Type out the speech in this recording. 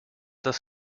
das